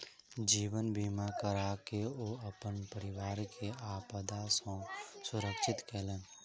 जीवन बीमा कराके ओ अपन परिवार के आपदा सॅ सुरक्षित केलैन